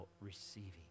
receiving